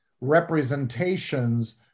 representations